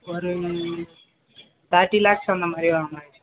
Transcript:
ஒரு தேர்ட்டி லேக்ஸ் அந்த மாதிரி வாங்கலாம்